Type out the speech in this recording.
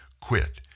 quit